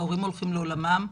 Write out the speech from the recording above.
ההורים הולכים לעולמם,